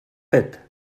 fet